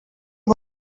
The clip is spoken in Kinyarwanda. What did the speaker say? nko